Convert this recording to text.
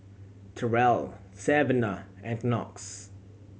Terrell Savanah and Knox